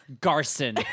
Garson